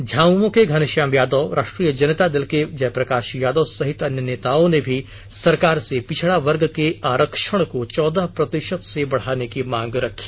झामुमो के घनश्याम यादव राष्ट्रीय जनता दल के जयप्रकाश यादव सहित अन्य नेताओं ने भी सरकार से पिछड़ा वर्ग के आरक्षण को चौदह प्रतिशत से बढ़ाने की मांग रखी